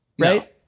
right